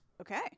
Okay